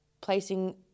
placing